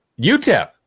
UTEP